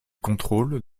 contrôle